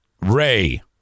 Ray